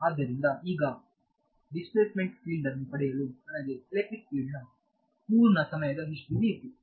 ಆದ್ದರಿಂದ ಈಗ displacement field ನ್ನು ಪಡೆಯಲು ನನಗೆ ಎಲೆಕ್ಟ್ರಿಕ್ ಫೀಲ್ಡ್ ನ ಪೂರ್ಣ ಸಮಯದ ಹಿಸ್ಟರಿ ಬೇಕು